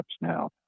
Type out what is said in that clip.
now